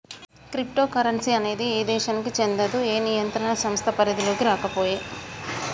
crypto currency అనేది ఏ దేశానికీ చెందదు, ఏ నియంత్రణ సంస్థ పరిధిలోకీ రాకపాయే